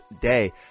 day